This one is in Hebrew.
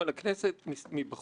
בלעדיכם לא היינו יכולים.